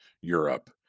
europe